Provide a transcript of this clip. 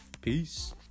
peace